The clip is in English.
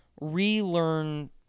relearn